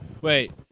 wait